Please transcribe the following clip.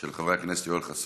של חברי הכנסת יואל חסון,